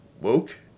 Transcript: Woke